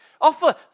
Offer